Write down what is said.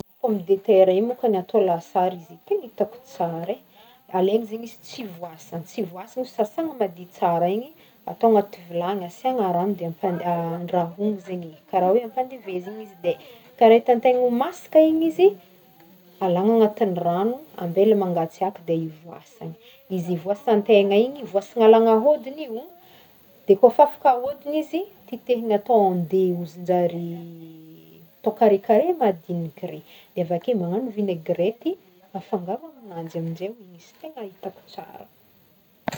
Pomme de terre igny môkany atao lasary izy tegna itako tsara e, alegny zegny izy tsy voasana tsy voasana sasana madio tsara igny atao anaty vilany asiagna rano de ampandia- andrahogny zegny karaha ampandevezigny izy de karaha itan'tegna ho masaka igny izy alagna agnatin'ny rano ambela mangatsiaka de ivoasana, izy ivoasan'tegna igny, voasana alagna hôdiny io, kôfa afaka hôdiny izy titehina atao en dé ozinjare atao carré carré madiniky regny de avake magnano vinaigrety afangaro amignanjy amizay itako tsara.